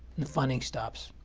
the funding stops.